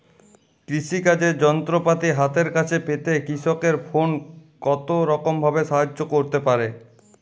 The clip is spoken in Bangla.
কৃষিকাজের যন্ত্রপাতি হাতের কাছে পেতে কৃষকের ফোন কত রকম ভাবে সাহায্য করতে পারে?